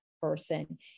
person